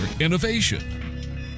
Innovation